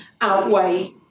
outweigh